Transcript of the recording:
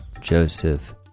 Joseph